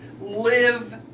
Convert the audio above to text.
live